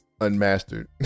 unmastered